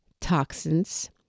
toxins